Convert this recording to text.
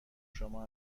شما